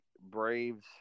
Braves